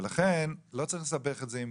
ולכן לא צריך לסבך את זה עם